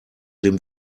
dem